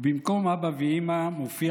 ובמקום "אבא" ו"אימא" מופיע